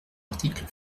article